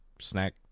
snack